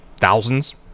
thousands